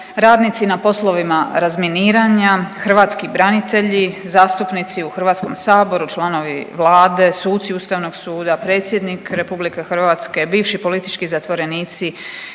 radnici na poslovima razminiranja, hrvatski branitelji, zastupnici u HS, članovi Vlade, suci ustavnog suda, predsjednik RH, bivši politički zatvorenici,